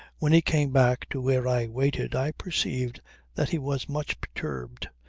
when he came back to where i waited i perceived that he was much perturbed,